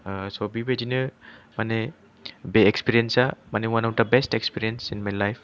ओ स' बेबायदिनो माने बे एक्सपीरियेन सा one of the best experience in my life